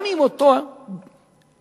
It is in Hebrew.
גם אותו אזרח